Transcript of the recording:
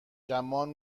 گمان